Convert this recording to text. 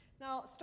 Now